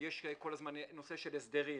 יש נושא של הסדרים,